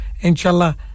inshallah